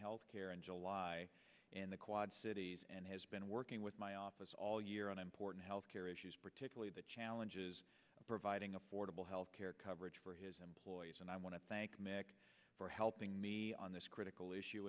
health care in july and the quad cities and has been working with my office all year on important health care issues particularly the challenges of providing affordable health care coverage for his employees and i want to thank you for helping me on this critical issue